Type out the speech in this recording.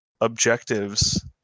objectives